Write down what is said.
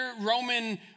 Roman